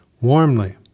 warmly